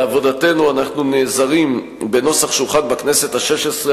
בעבודתנו אנחנו נעזרים בנוסח שהוכן בכנסת השש-עשרה